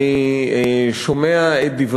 אני שומע את הקולות של המרצים שרוצים ללמד,